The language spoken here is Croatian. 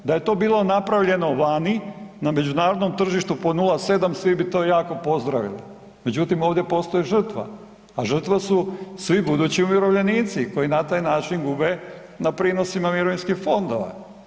Da je to bilo napravljeno vani na međunarodnom tržištu po 0,7 svi bi to jako pozdravili, međutim ovdje postoji žrtva, a žrtva su svi budući umirovljenici koji na taj način gube na prinosima mirovinskih fondova.